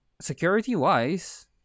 security-wise